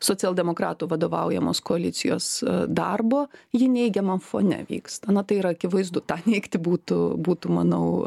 socialdemokratų vadovaujamos koalicijos darbo ji neigiamam fone vyksta na tai yra akivaizdu tą neigti būtų būtų manau